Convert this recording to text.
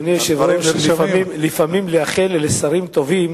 אדוני היושב-ראש, לפעמים לאחל לשרים טובים